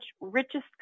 richest